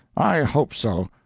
i hope so.